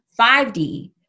5D